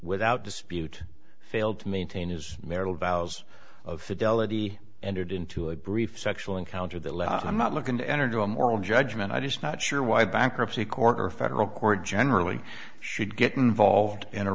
without dispute failed to maintain his marital vows of fidelity entered into a brief sexual encounter the law i'm not looking to enter into a moral judgment i just not sure why bankruptcy court or federal court generally should get involved in a